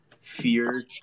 fear